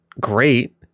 great